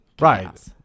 Right